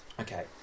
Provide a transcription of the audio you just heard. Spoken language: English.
okay